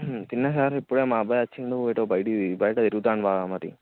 తిన్నా సార్ ఇప్పుడే మా అబ్బాయి వచ్చినాడు ఎటో బయటకి బయట తిరుగుతున్నాడు బాగా మరి